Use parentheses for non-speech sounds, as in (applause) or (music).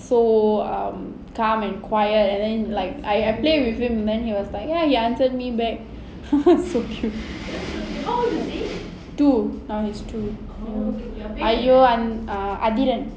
so um calm and quiet and then like I play with him and then he was like he answered me back (laughs) so cute two now he's two பேரென்ன:peraenaa adhiran